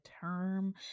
term